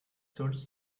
tools